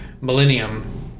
Millennium